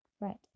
Right